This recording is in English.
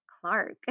Clark